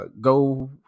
go